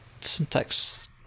syntax